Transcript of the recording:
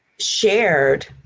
shared